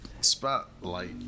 spotlight